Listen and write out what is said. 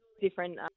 different